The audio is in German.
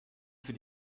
für